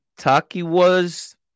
Takiwa's